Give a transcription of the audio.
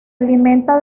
alimenta